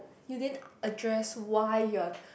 you didn't address why you are